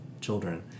children